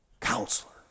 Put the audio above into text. Counselor